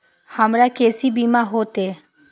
हमरा केसे बीमा होते?